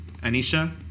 Anisha